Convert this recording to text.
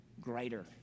greater